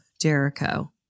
Jericho